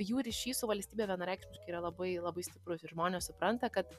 jų ryšys su valstybe vienareikšmiškai yra labai labai stiprus ir žmonės supranta kad